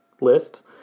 list